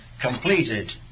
completed